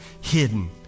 hidden